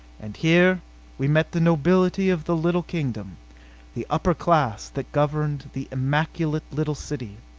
and here we met the nobility of the little kingdom the upper class that governed the immaculate little city.